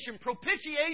Propitiation